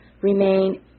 remain